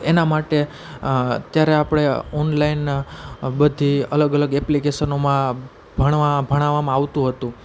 એના માટે અત્યારે આપણે ઓનલાઈન બધી અલગ અલગ એપ્લિકેસનોમાં ભણવા ભણાવવામાં આવતું હતું